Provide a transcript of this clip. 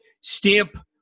stamp –